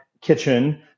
kitchen